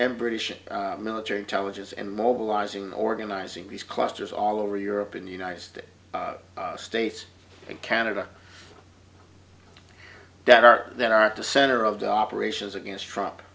and british military intelligence and mobilizing organizing these clusters all over europe in the united states states and canada that are that are at the center of the operations against trump